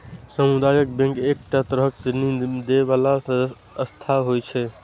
सामुदायिक बैंक एक तरहक ऋण दै बला संस्था होइ छै